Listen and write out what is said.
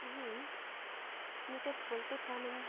ᱤᱧ ᱢᱤᱫᱴᱮᱱ poultry farm ᱤᱧ